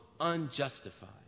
unjustified